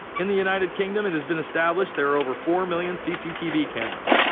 in the united kingdom it has been established there are over four million cctv cameras.